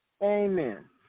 Amen